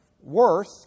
worth